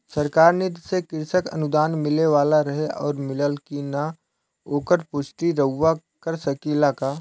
सरकार निधि से कृषक अनुदान मिले वाला रहे और मिलल कि ना ओकर पुष्टि रउवा कर सकी ला का?